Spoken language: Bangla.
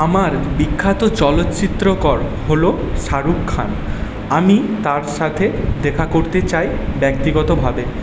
আমার বিখ্যাত চলচ্চিত্রকর হলো শাহরুখ খান আমি তার সাথে দেখা করতে চাই ব্যক্তিগতভাবে